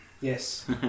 Yes